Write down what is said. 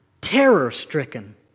terror-stricken